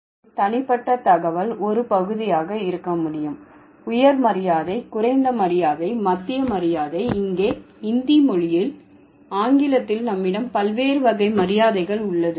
மரியாதை தனிப்பட்ட தகவல் ஒரு பகுதியாக இருக்க முடியும் உயர் மரியாதை குறைந்த மரியாதை மத்திய மரியாதை இங்கே இந்தி மொழியில் ஆங்கிலத்தில் நம்மிடம் பல்வேறு வகை மரியாதைகள் உள்ளது